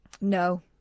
No